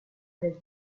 del